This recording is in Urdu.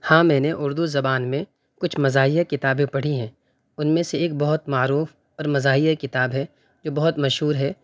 ہاں میں نے اردو زبان میں کچھ مزاحیہ کتابیں پڑھی ہیں ان میں سے ایک بہت معروف اور مزاحیہ کتاب ہے جو بہت مشہور ہے